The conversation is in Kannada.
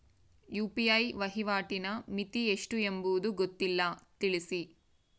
ಯು.ಪಿ.ಐ ವಹಿವಾಟಿನ ಮಿತಿ ಎಷ್ಟು ಎಂಬುದು ಗೊತ್ತಿಲ್ಲ? ತಿಳಿಸಿ?